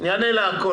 אני אענה לכול,